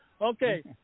okay